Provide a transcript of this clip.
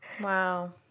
Wow